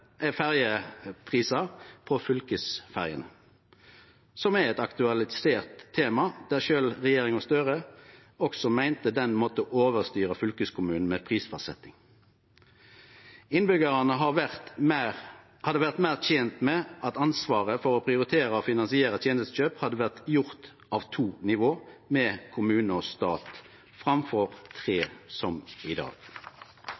aktualisert tema. Sjølv Støre-regjeringa meinte at ein måtte overstyre fylkeskommunen med prisfastsetting. Innbyggjarane hadde vore meir tent med at ansvaret for å prioritere og finansiere tenestekjøp hadde vore gjort av to nivå, kommune og stat, framfor